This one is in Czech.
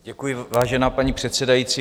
Děkuji, vážená paní předsedající.